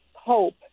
Hope